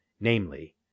Namely